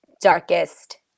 darkest